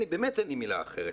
באמת אין לי מילה אחרת,